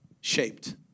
shaped